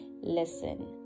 listen